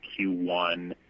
Q1